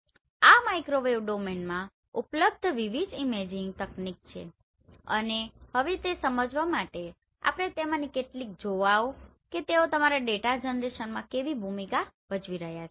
આ માઇક્રોવેવ ડોમેનમાં ઉપલબ્ધ વિવિધ ઇમેજિંગ તકનીક છે અને હવે તે સમજવા માટે આપણે તેમાંની કેટલીક જોવાએ કે તેઓ તમારા ડેટા જનરેશનમાં કેવી ભૂમિકા ભજવી રહ્યા છે